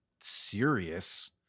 serious